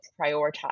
prioritize